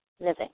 living